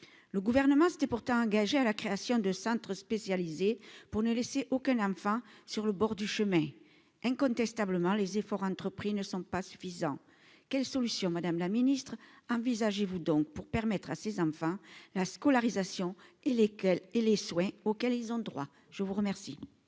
le gouvernement s'était pourtant engagé à la création de centres spécialisés pour ne laisser aucun enfant sur le bord du chemin incontestablement les efforts entrepris ne sont pas suffisants, quelle solution Madame la Ministre : envisagez-vous donc pour permettre à ses enfants la scolarisation et lesquels et les soins auxquels ils ont droit, je vous remercie.